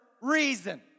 reason